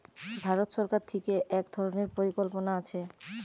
ভারত সরকার থিকে এক ধরণের পরিকল্পনা আছে